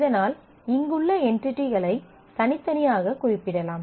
இதனால் இங்குள்ள என்டிடிகளை தனித்தனியாக குறிப்பிடப்படலாம்